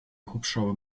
hubschrauber